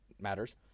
matters